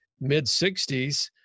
mid-60s